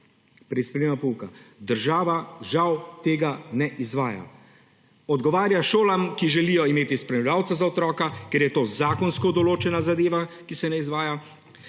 pri spremljanju pouka. Država žal tega ne izvaja. Odgovarja šolam, ki želijo imeti spremljevalca za otroka, ker je to zakonsko določena zadeva, ki se ne izvaja